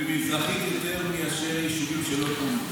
היא מזרחית יותר מיישובים שלא פונו,